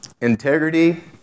Integrity